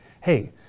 hey